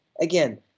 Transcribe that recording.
again